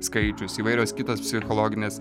skaičius įvairios kitos psichologinės